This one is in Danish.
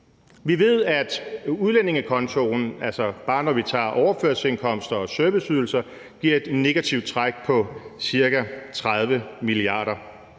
Vi ved, at udlændingekontoen, altså bare når vi tager overførselsindkomster og serviceydelser, giver et negativt træk på cirka 30 mia. kr.